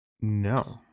no